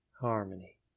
harmony